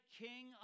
king